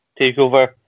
takeover